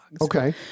Okay